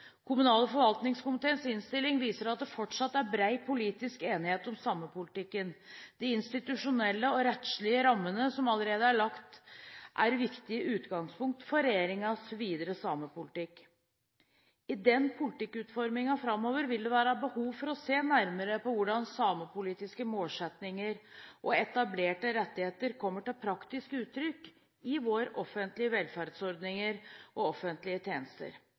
Kommunal- og forvaltningskomiteens innstilling viser at det fortsatt er bred politisk enighet om samepolitikken. De institusjonelle og rettslige rammene som allerede er lagt, er viktige utgangspunkt for regjeringens videre samepolitikk. I politikkutformingen framover vil det være behov for å se nærmere på hvordan samepolitiske målsettinger og etablerte rettigheter kommer til praktisk uttrykk i våre offentlige velferdsordninger og offentlige tjenester.